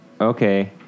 okay